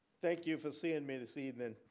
thank you for seeing me this evening.